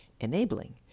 Enabling